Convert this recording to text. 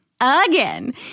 Again